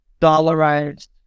dollarized